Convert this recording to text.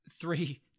three –